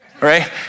right